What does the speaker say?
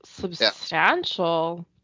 substantial